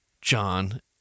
John